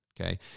okay